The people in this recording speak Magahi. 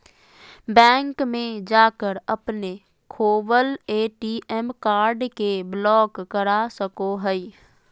बैंक में जाकर अपने खोवल ए.टी.एम कार्ड के ब्लॉक करा सको हइ